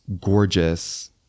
gorgeous